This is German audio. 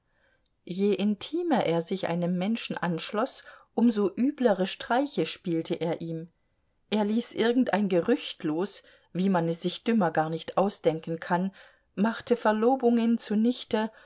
je intimer er sich einem menschen anschloß um so üblere streiche spielte er ihm er ließ irgendein gerücht los wie man es sich dümmer gar nicht ausdenken kann machte verlobungen zunichte